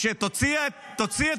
תוציאו את